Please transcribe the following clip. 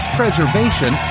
preservation